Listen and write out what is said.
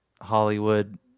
Hollywood